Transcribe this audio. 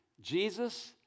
Jesus